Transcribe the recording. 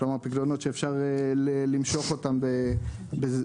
כלומר פיקדונות שאפשר למשוך אותם במהירות,